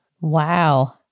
Wow